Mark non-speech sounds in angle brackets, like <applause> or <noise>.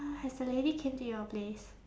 <noise> has the lady came to your place